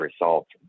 results